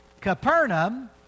Capernaum